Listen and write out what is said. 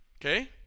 Okay